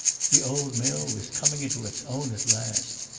the old mill was coming into its own at last.